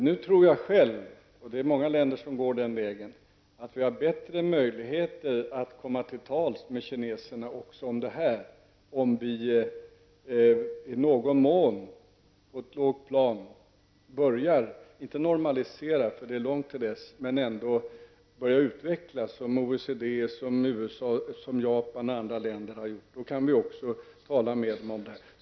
Nu tror jag själv, och det är många länder som går samma väg, att vi har bättre möjligheter att komma till tals med kineserna också om detta om vi i någon mån på ett lågt plan börjar -- inte normalisera, det är lång tid kvar till dess -- men ändå utveckla relationerna, som OECD, USA, Japan och andra länder har gjort. Då kan vi också tala med dem om detta.